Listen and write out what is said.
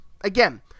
again